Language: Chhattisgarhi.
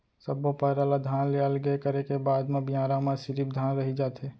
सब्बो पैरा ल धान ले अलगे करे के बाद म बियारा म सिरिफ धान रहि जाथे